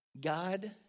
God